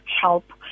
help